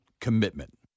commitment